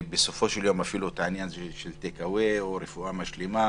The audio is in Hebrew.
אפילו העניין של טייק אווי, רפואה משלימה